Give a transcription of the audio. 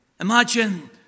imagine